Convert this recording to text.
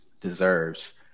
deserves